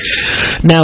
Now